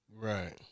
Right